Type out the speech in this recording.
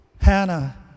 Hannah